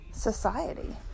society